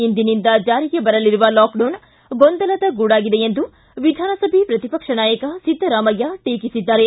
ಇಂದಿನಿಂದ ಜಾರಿಗೆ ಬರಲಿರುವ ಲಾಕ್ಡೌನ್ ಗೊಂದಲದ ಗೂಡಾಗಿದೆ ಎಂದು ವಿಧಾನಸಭೆ ಪ್ರತಿಪಕ್ಷ ನಾಯಕ ಸಿದ್ದರಾಮಯ್ಯ ಹೇಳಿದ್ದಾರೆ